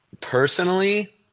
personally